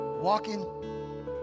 Walking